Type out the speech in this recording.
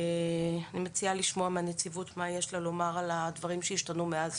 אני מציעה לשמוע מהנציבות מה יש לה לומר על הדברים שהשתנו מאז